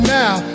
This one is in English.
now